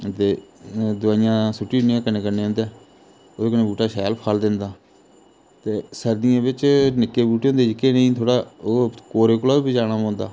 दे दवाइयां सुट्टी ओड़निया कन्नै कन्नै उं'दे ओह्दे कन्नै बूहटा शैल फल दिंदा ते सर्दियें बिच्च निक्के बूहटे होंदे जेहके इ'नेंगी थोह्ड़ा कोरे कोला बी बचाना पौंदा